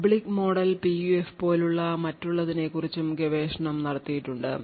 public model PUF പോലുള്ള മറ്റുള്ളതിനെ കുറിച്ചും ഗവേഷണം നടത്തിയിട്ടുണ്ട്